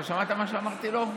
אתה שמעת מה שאמרתי לו?